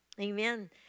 amen